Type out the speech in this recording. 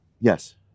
Yes